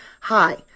Hi